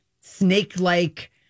snake-like